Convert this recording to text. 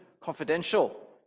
Confidential